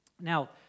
Now